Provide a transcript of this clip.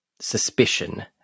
suspicion